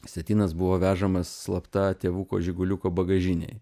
sietynas buvo vežamas slapta tėvuko žiguliuko bagažinėj